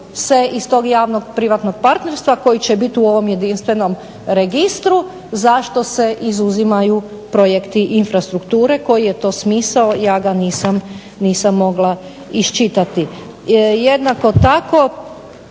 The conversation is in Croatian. iz tog javno-privatnog partnerstva koji će biti u ovom jedinstvenom registru zašto se izuzimaju projekti infrastrukture, koji je to smisao, ja ga nisam mogla iščitati. Jednako tako